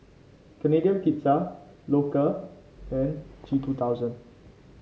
Canadian Pizza Loacker and G two thousand